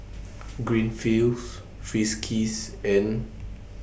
Greenfields Friskies and